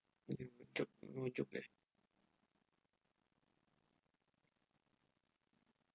mm joke no joke uh